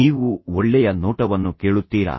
ನೀವು ಒಳ್ಳೆಯ ನೋಟವನ್ನು ಕೇಳುತ್ತೀರಾ